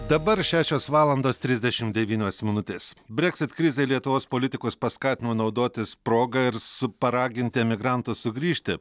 dabar šešios valandos trisdešimt devynios minutės breksit krizė lietuvos politikus paskatino naudotis proga ir su paraginti emigrantus sugrįžti